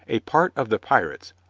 a part of the pirates,